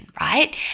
right